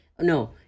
no